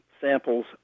samples